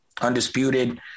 undisputed